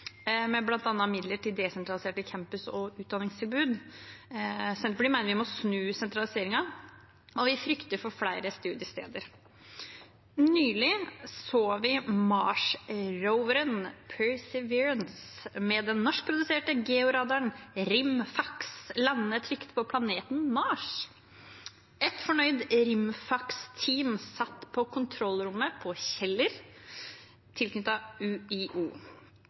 med bl.a. midler til desentraliserte campus- og utdanningstilbud. Senterpartiet mener vi må snu sentraliseringen, og vi frykter for flere studiesteder. Nylig så vi Mars-roveren Perseverance med den norskproduserte georadaren Rimfax lande trykt på planeten Mars. Et fornøyd Rimfax-team satt i kontrollrommet på Kjeller, tilknyttet UiO.